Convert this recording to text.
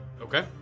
Okay